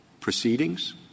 proceedings